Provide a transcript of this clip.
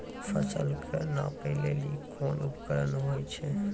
फसल कऽ नापै लेली कोन उपकरण होय छै?